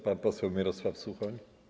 Pan poseł Mirosław Suchoń?